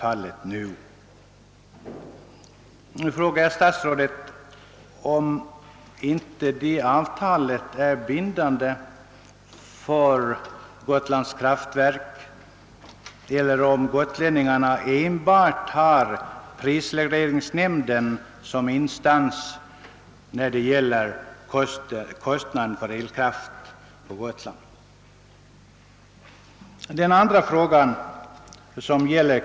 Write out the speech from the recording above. Jag vill nu fråga statsrådet om icke avtalet är bindande för Gotlands Kraftverk. Skall gotlänningarna bara vara hänvisade till statens prisregleringsnämnd som instans att vända sig till när det gäller elkraftkostnaderna på Gotland?